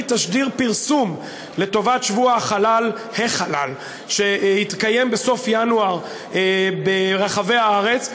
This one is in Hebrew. תשדיר פרסום לטובת שבוע החלל שיתקיים בסוף ינואר ברחבי הארץ,